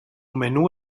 menú